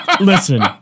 Listen